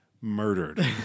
murdered